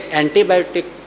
antibiotic